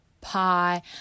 pie